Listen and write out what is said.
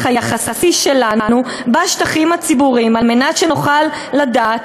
היחסי שלנו בשטחים הציבוריים על מנת שנוכל לדעת,